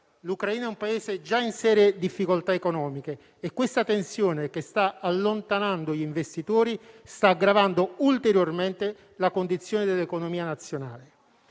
L'Ucraina è un Paese già in serie difficoltà economiche e la tensione, che sta allontanando gli investitori, sta aggravando ulteriormente la condizione dell'economia nazionale.